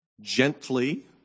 gently